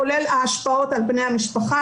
כולל ההשפעות על בני המשפחה,